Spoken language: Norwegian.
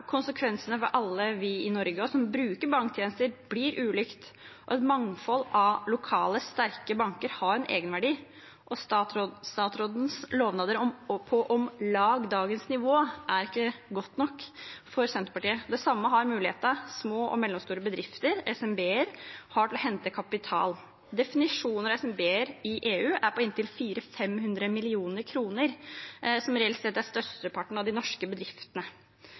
Konsekvensene for alle oss i Norge som bruker banktjenester, blir ulik, og et mangfold av lokale sterke banker har en egenverdi. Statsrådens lovnader om «på om lag dagens nivå» er ikke godt nok for Senterpartiet. Det samme er mulighetene små og mellomstore bedrifter – SMB-er – har til å hente kapital. Definisjonen av SMB-er i EU er på inntil 400–500 mill. kr, som reelt sett er størsteparten av de norske bedriftene.